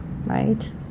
right